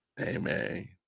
Amen